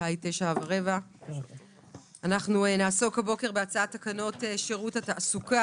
השעה 09:15. אנחנו נעסוק בהצעת תקנות שירות התעסוקה